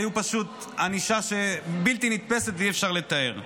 פשוט הייתה ענישה בלתי נתפסת, אי-אפשר לתאר.